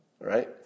right